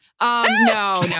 no